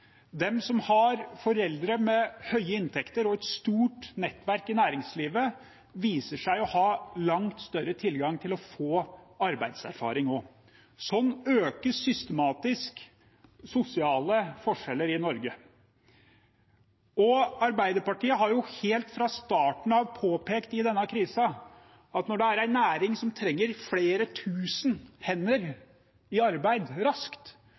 som har foreldre med høye inntekter og et stort nettverk i næringslivet, viser seg å ha langt større tilgang til å få arbeidserfaring også. Sånn økes systematisk sosiale forskjeller i Norge. Arbeiderpartiet har helt fra starten av denne krisen påpekt at når det er en næring som trenger flere tusen hender i arbeid raskt,